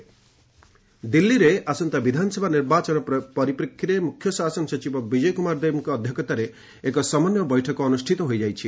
Delhi election ଦିଲ୍ଲୀରେ ଆସନ୍ତା ବିଧାନସଭା ନିର୍ବାଚନ ପରିପ୍ରେକ୍ଷୀରେ ମୁଖ୍ୟ ଶାସନ ସଚିବ ବିଜୟ କ୍କୁମାର ଦେବଙ୍କ ଅଧ୍ୟକ୍ଷତାରେ ଏକ ସମନ୍ଧୟ ବୈଠକ ଅନୁଷ୍ଠିତ ହୋଇଯାଇଛି